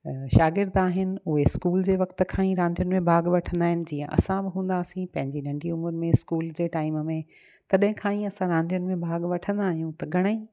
शागीर्द आहिनि उहे स्कूल जे वक़्त खां ई रांदियुनि में भाग वठंदा आहिनि जीअं असां बि हूंदासीं पंहिंजी नंढी उमिरि में स्कूल जे टाइम में कॾहिं खां ई असां रांदियुनि में भाग वठंदा आहियूं त घणाई